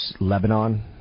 Lebanon